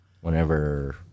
whenever